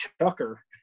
Chucker